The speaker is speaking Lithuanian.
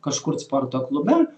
kažkur sporto klube